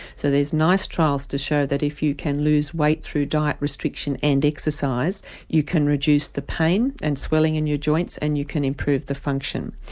so there are trials to show that if you can lose weight through diet restriction and exercise you can reduce the pain and swelling in your joints and you can improve the function.